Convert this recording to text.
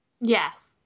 Yes